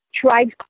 tribes